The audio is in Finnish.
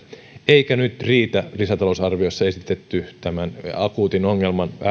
eikä nyt riitä lisätalousarviossa esitetty akuutin ongelman